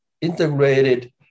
integrated